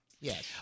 Yes